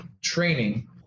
training